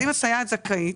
אז אם הסייעת זכאית,